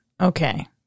okay